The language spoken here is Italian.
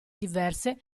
diverse